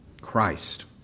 Christ